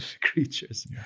creatures